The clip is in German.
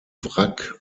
wrack